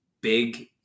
big